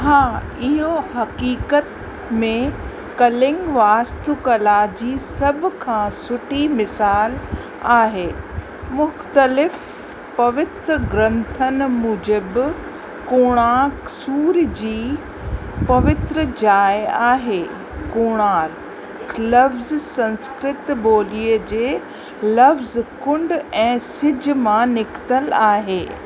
हा इहो हक़ीक़त में कलिंग वास्तुकला जी सभु खां सुठी मिसालु आहे मुख़्तलिफ़ पवित्र ग्रंथनि मूजिबि कोणार्क सूर्य जी पवित्र ॼाए आहे कोणार्क लफ़्ज़ संस्कृत ॿोलीअ जे लफ्ज़ कुंड ऐं सिज मां निकितल आहे